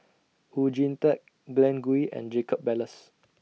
Oon Jin Teik Glen Goei and Jacob Ballas